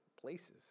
places